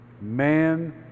Man